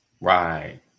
Right